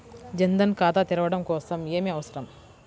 జన్ ధన్ ఖాతా తెరవడం కోసం ఏమి అవసరం?